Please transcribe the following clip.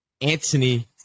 Anthony